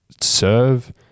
serve